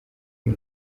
uyu